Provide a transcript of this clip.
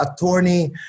attorney